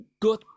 good